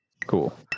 Cool